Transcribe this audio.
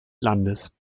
landes